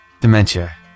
dementia